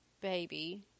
baby